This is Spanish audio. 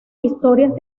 historias